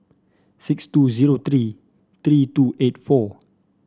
six two zero three three two eight four